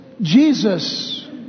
Jesus